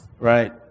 Right